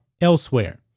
elsewhere